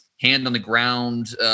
hand-on-the-ground